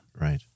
Right